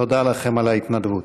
תודה לכם על ההתנדבות.